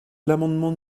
l’amendement